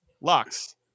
Locks